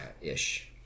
ish